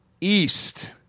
East